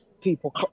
People